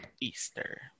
Easter